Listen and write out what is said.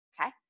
okay